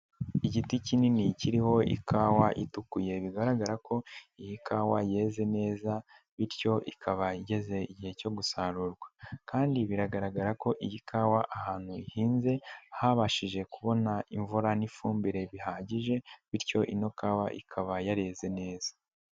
Igiti kinini kiriho ikawa itukuye, bigaragara ko iyi kawa yeze neza bityo ikaba igeze igihe cyo gusarurwa kandi biragaragara ko iyi kawa ahantu ihinze habashije kubona imvura n'ifumbire bihagije bityo ino kawa ikaba yareze neza.